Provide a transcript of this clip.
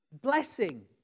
Blessing